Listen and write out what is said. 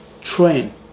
train